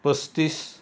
पस्तीस